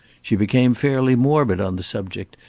she became fairly morbid on the subject,